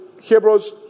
Hebrews